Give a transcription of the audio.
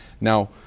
Now